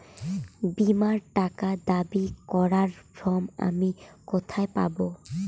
বীমার টাকা দাবি করার ফর্ম আমি কোথায় পাব?